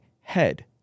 head